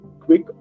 quick